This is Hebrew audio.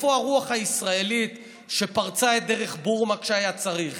איפה הרוח הישראלית שפרצה את דרך בורמה כשהיה צריך?